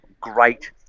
great